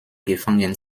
gefangen